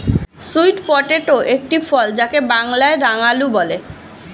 sweet potato একটি ফল যাকে বাংলায় রাঙালু বলে